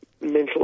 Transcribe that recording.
mental